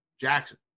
Jackson